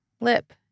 lip